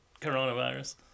coronavirus